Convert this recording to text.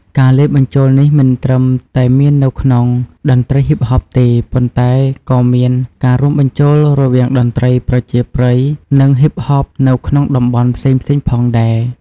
ការលាយបញ្ចូលនេះមិនត្រឹមតែមាននៅក្នុងតន្ត្រីហ៊ីបហបទេ ប៉ុន្តែក៏មានការរួមបញ្ចូលរវាងតន្ត្រីប្រជាប្រិយ និងហ៊ីបហបនៅក្នុងតំបន់ផ្សេងៗផងដែរ។